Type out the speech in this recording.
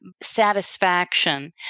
satisfaction